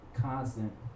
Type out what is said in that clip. constant